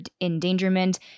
endangerment